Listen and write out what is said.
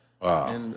Wow